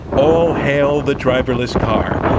all hail the driverless car.